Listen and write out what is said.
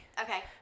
Okay